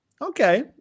Okay